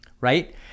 Right